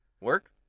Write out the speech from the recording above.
Work